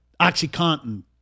OxyContin